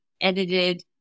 edited